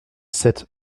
sept